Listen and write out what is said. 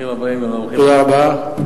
תודה רבה.